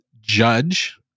judge